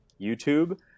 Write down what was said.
YouTube